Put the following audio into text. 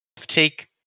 take